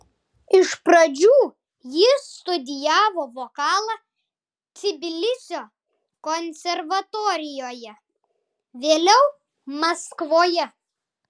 iš pradžių jis studijavo vokalą tbilisio konservatorijoje vėliau maskvoje